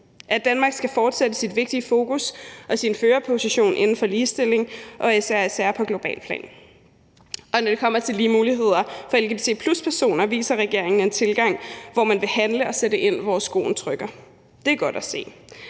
at Danmark skal fortsætte sit vigtige fokus og sin førerposition inden for ligestilling og især på globalt plan. Når det kommer til lige muligheder for lgbt+-personer, viser regeringen en tilgang, hvor man vil handle og sætte ind, hvor skoen trykker. Det er godt at se.